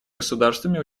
государствами